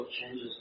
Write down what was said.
changes